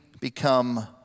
become